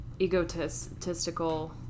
egotistical